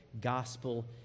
gospel